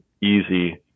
easy